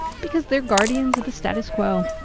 because they're guardians of the status quo.